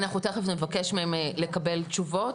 אנחנו תיכף נבקש מהם לקבל תשובות.